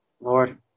Lord